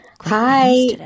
Hi